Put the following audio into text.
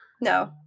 No